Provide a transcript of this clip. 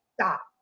stop